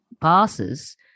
passes